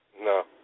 No